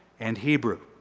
and hebrew.